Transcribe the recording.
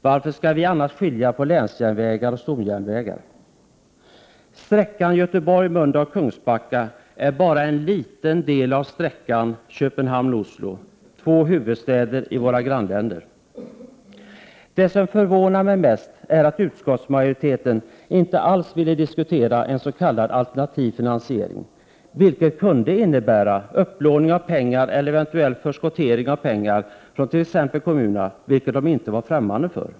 Varför skall vi annars skilja på länsjärnvägar och stomjärnvägar? Sträckan Göteborg-Mölndal-Kungsbacka utgör bara en liten del av sträckan Köpenhamn-Oslo, två huvudstäder i våra grannländer. Det som förvånar mig mest är att utskottsmajoriteten inte alls ville diskutera en s.k. alternativ finansiering. En sådan kunde innebära upplåning av pengar eller eventuell förskottering av pengar från t.ex. kommunerna, något som dessa inte var främmande för.